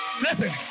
Listen